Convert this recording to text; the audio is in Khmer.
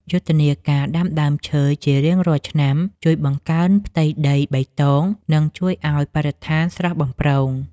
យុទ្ធនាការដាំដើមឈើជារៀងរាល់ឆ្នាំជួយបង្កើនផ្ទៃដីបៃតង និងជួយឱ្យបរិស្ថានស្រស់បំព្រង។